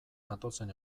gatozen